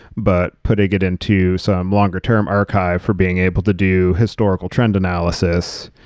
but putting it into some longer-term archive for being able to do historical trend analysis.